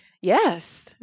Yes